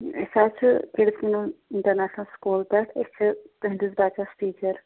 اَسہِ حظ چھِ کِڈٕس اِنٛٹر نیٚشنل سکوٗل پیٚٹھ أسۍ چھِ تُہٕنٛدِس بَچس ٹیٖچر